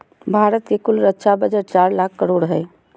भारत के कुल रक्षा बजट चार लाख करोड़ हय